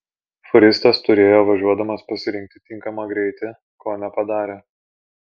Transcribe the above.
fūristas turėjo važiuodamas pasirinkti tinkamą greitį ko nepadarė